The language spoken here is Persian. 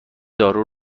دارو